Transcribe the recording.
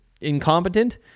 incompetent